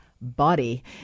body